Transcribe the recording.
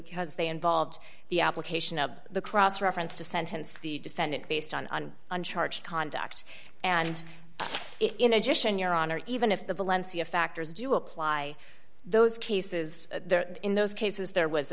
because they involved the application of the cross reference to sentenced the defendant based on one charge conduct and it in addition your honor even if the valencia factors do apply those cases there in those cases there was a